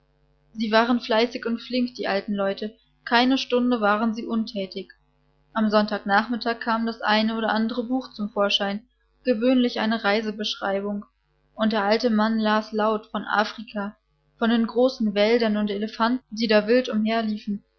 sie waren fleißig und flink die alten leute keine stunde waren sie unthätig am sonntag nachmittag kam das eine oder andere buch zum vorschein gewöhnlich eine reisebeschreibung und der alte mann las laut von afrika von den großen wäldern und elefanten die da wild